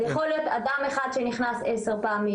אז יכול להיות אדם אחד שנכנס עשר פעמים